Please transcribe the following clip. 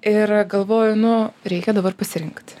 ir galvoju nu reikia dabar pasirinkti